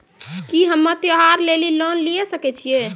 की हम्मय त्योहार लेली लोन लिये सकय छियै?